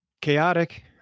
Chaotic